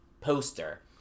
poster